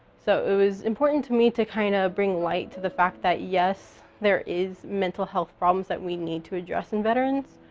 so, it was important to me to kind of bring light to the fact that yes, there is mental health problems that we need to address in veterans,